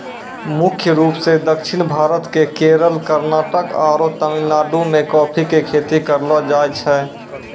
मुख्य रूप सॅ दक्षिण भारत के केरल, कर्णाटक आरो तमिलनाडु मॅ कॉफी के खेती करलो जाय छै